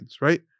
right